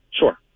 Sure